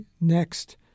next